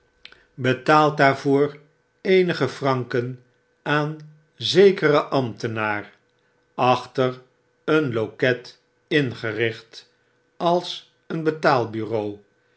betaalt daarvoor eenige franken aan zekeren ambtenaar achter een loket ingericht als een betaal bureau